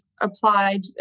applied